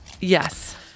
Yes